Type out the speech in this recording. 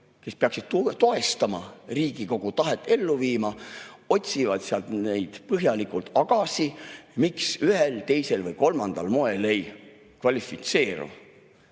kes peaksid toestama, Riigikogu tahet ellu viima, otsivad sealt põhjalikult agasid, miks ühel, teisel või kolmandal moel ei kvalifitseeru. See